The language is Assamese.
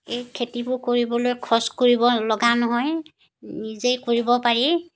এই খেতিবোৰ কৰিবলৈ খৰচ কৰিবলগা নহয় নিজেই কৰিব পাৰি